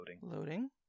loading